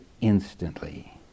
instantly